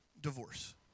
divorce